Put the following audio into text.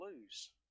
lose